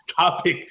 topic